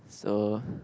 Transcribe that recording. so